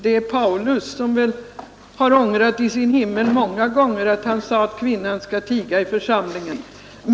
Det är Paulus, som väl många gånger har ångrat i sin himmel att han sade att kvinnan skall tiga i församlingen.